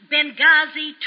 Benghazi